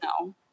No